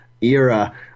era